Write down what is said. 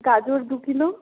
গাঁজর দু কিলো